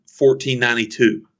1492